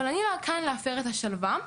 אבל אני כאן להפר את השלווה.